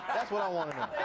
that's what i wanna know.